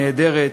נהדרת,